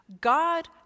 God